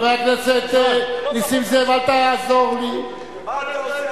מה הוא עושה היום?